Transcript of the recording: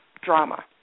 drama